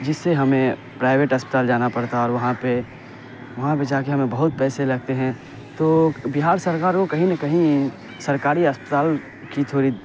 جس سے ہمیں پرائیویٹ اسپتال جانا پڑتا اور وہاں پہ وہاں پہ جا کے ہمیں بہت پیسے لگتے ہیں تو بہار سرکار کو کہیں نہ کہیں سرکاری اسپتال کی تھوڑی